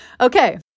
okay